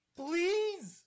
please